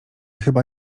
chyba